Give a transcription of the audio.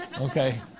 Okay